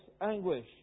anguish